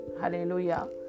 Hallelujah